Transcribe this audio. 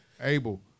Abel